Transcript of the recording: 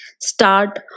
start